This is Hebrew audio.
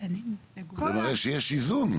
זה מראה שיש איזון.